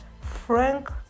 Frank